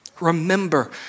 Remember